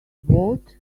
both